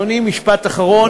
אדוני, משפט אחרון.